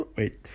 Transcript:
Wait